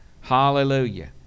hallelujah